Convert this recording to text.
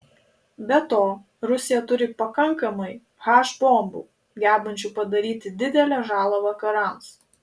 be to rusija turi pakankamai h bombų gebančių padaryti didelę žalą vakarams